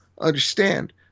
understand